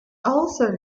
also